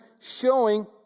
showing